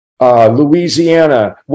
Louisiana